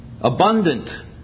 abundant